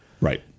Right